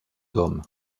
dôme